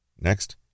Next